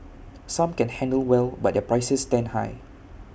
some can handle well but their prices stand high